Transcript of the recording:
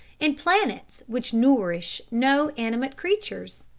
and planets which nourish no animate creatures.